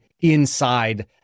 inside